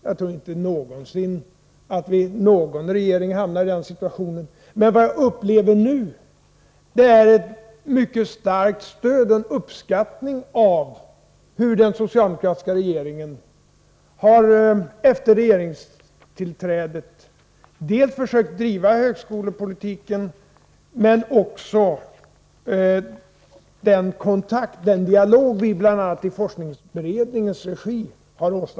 Jag tror inte att någon regering någonsin hamnar i den situationen. Vad jag upplever nu är ett mycket starkt stöd för och en uppskattning av hur den socialdemokratiska regeringen efter regeringstillträdet dels försökt driva högskolepolitiken, dels åstadkommit en dialog med forskarna, bl.a. i forskningsberedningens regi.